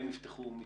הן יפתחו מתחמים.